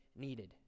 needed